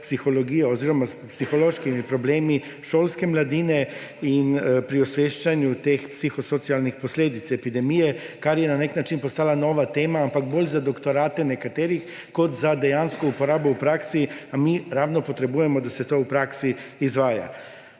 oziroma s psihološkimi problemi šolske mladine in pri osveščanju teh psihosocialnih posledic epidemije, kar je na nek način postala nova tema, ampak bolj za doktorate nekaterih kot za dejansko uporabo v praksi. Mi potrebujemo, da se to v praksi izvaja.